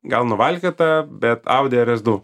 gal nuvalkiota bet audi er es du